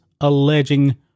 alleging